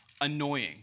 annoying